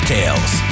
Tales